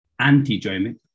Antidromic